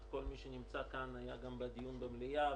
כל מי שנמצא כאן היה גם בדיון במליאה,